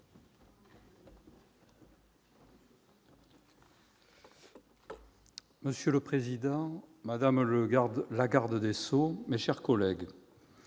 Monsieur le président, madame la garde des sceaux, mes chers collègues,